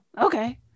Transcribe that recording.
Okay